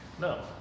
no